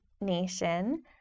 nation